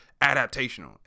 adaptational